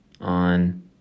on